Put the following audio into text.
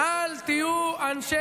זה עוזר לניצחון?